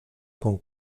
con